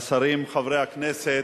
השרים, חברי הכנסת,